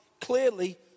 clearly